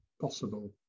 possible